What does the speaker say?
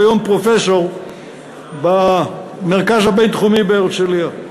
כיום פרופסור במרכז הבין-תחומי בהרצלייה.